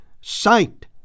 sight